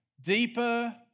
Deeper